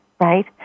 right